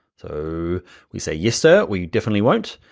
so we say, yes, sir, we definitely won't.